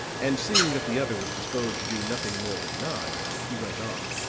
and seeing that the other was disposed to do nothing more than nod, he went on